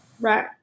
right